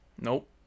Nope